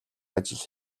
ажил